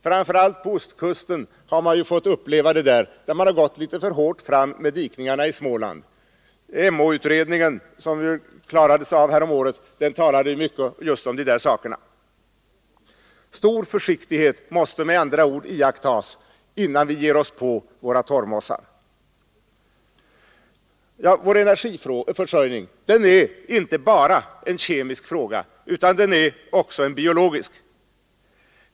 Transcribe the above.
Framför allt på ostkusten har man fått uppleva detta, där man har gått litet för hårt fram med dikningarna i Småland. Emåutredningen, som klarades av häromåret, talade mycket om dessa saker. Stor försiktighet måste med andra ord iakttas innan vi ger oss på våra torvmossar. Vår energiförsörjning är inte bara en kemisk fråga utan också en biologisk.